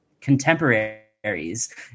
contemporaries